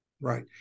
Right